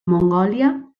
mongòlia